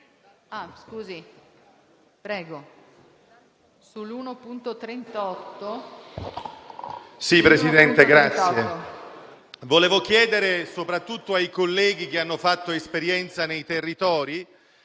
una domanda, soprattutto ai colleghi che hanno fatto esperienza nei territori: